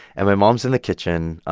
and my mom's in the kitchen.